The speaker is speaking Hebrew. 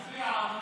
בואו נצביע על זה.